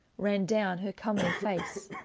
ranne downe her comely face.